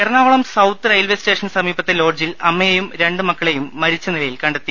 Ernakulam south railway സ്റ്റേഷന് സമീപത്തെ ലോഡ്ജിൽ അമ്മയെയും രണ്ട് മക്കളെയും മരിച്ച നിലയിൽ കണ്ടെത്തി